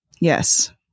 Yes